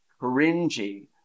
cringy